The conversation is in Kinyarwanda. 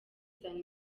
zana